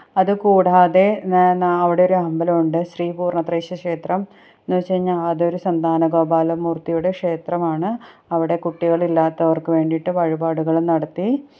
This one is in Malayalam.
അതുകൂടാതെ ന അവിടെ ഒരമ്പലം ഉണ്ട് ശ്രീ പൂര്ണ്ണത്രയീശ ക്ഷേത്രം എന്നുവെച്ച് കഴിഞ്ഞാൽ അതൊരു സന്താനഗോപാല മൂര്ത്തിയുടെ ക്ഷേത്രമാണ് അവിടെ കുട്ടികളില്ലാത്തവര്ക്ക് വേണ്ടിയിട്ട് വഴിപാടുകളും നടത്തി